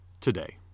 today